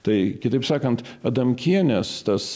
tai kitaip sakant adamkienės tas